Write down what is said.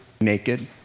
naked